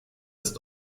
ist